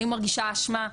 האם היא מרגישה אשמה?